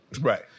Right